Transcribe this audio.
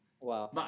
Wow